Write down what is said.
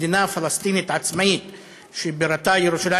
מדינה פלסטינית עצמאית שבירתה ירושלים